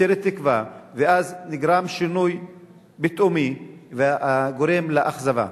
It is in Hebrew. יוצרת תקווה, ואז נגרם שינוי פתאומי הגורם לאכזבה.